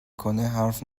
کنه، حرف